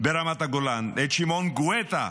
ברמת הגולן, את שמעון גואטה,